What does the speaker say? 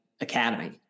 Academy